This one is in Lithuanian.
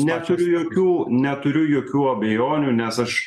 neturiu jokių neturiu jokių abejonių nes aš